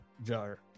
jar